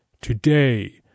today